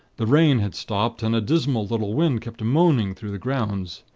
the rain had stopped, and a dismal little wind kept moaning through the grounds.